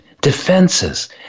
defenses